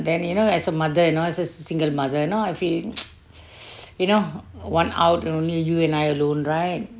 then you know as a mother you know as a single mother know I mean you know one out only you and I alone right